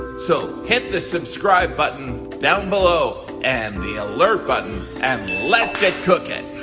so hit the subscribe button down below and the alert button. and let's get cookin'.